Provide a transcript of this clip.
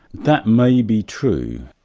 that may be true.